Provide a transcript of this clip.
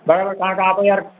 બરાબર કારણ કે આ તો યાર